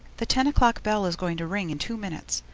the ten o'clock bell is going to ring in two minutes.